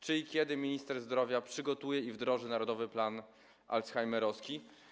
Czy i kiedy minister zdrowia przygotuje i wdroży „Narodowy plan alzheimerowski”